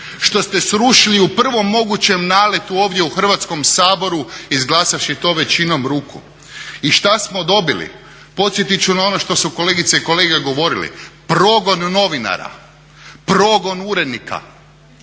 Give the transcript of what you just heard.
što ste srušili u prvom mogućem naletu ovdje u Hrvatskom saboru izglasavši to većinom ruku. I šta smo dobili? Podsjetiti ću na ono što su kolegice i kolege govorili, progon novinara, progon urednika,